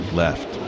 left